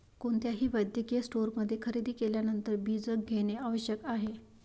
कोणत्याही वैद्यकीय स्टोअरमध्ये खरेदी केल्यानंतर बीजक घेणे आवश्यक आहे